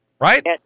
Right